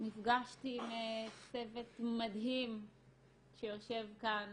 נפגשתי עם צוות מדהים שיושב כאן